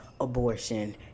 abortion